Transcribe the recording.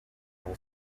from